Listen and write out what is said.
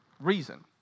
reason